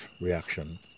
reaction